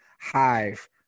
hive